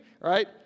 right